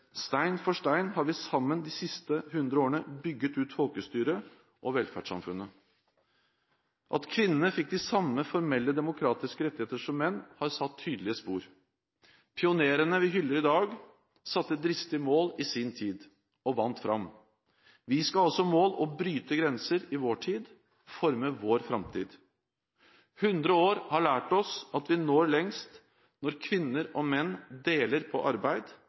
Stein for stein har vi sammen de siste 100 årene bygget ut folkestyret og velferdssamfunnet. At kvinnene fikk de samme formelle demokratiske rettigheter som menn, har satt tydelige spor. Pionerene vi hyller i dag, satte seg dristige mål i sin tid, og de vant fram. Vi skal ha som mål å bryte grenser i vår tid – forme vår framtid. 100 år har lært oss at vi når lengst når kvinner og menn deler på arbeid,